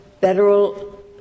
federal